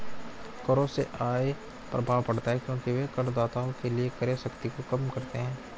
करों से आय प्रभाव पड़ता है क्योंकि वे करदाताओं के लिए क्रय शक्ति को कम करते हैं